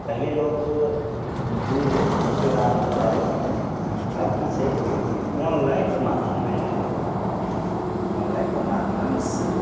पहिले लोक दूर दूसरे राज्यमे जाइ रहै पढ़ैके लिए आब कि छै कि ऑनलाइनके माध्यम आ गेलै ऑनलाइनके माध्यमसे